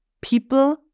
people